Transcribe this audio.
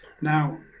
now